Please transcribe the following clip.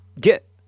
get